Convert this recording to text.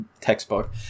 textbook